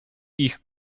ich